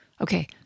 okay